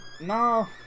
no